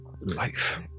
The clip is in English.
life